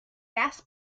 gas